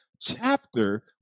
chapter